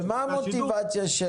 מה המוטיבציה של